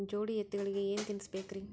ಜೋಡಿ ಎತ್ತಗಳಿಗಿ ಏನ ತಿನಸಬೇಕ್ರಿ?